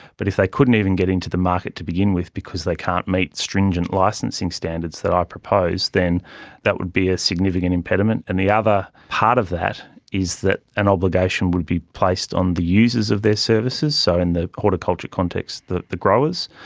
but if they couldn't even get into the market to begin with because they can't meet stringent licensing standards that i propose, then that would be a significant impediment. and the other part of that is that an obligation would be placed on the users of their services. so in the horticulture context, the the growers.